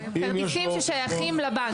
כרטיסים ששייכים לבנק.